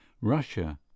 Russia